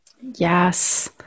Yes